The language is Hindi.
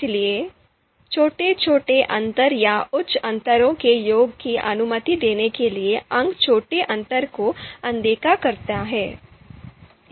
इसलिए छोटे छोटे अंतर या उच्च अंतरों के योग की अनुमति देने के लिए अंक छोटे अंतर को अनदेखा करते हैं